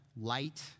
light